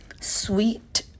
sweet